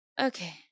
Okay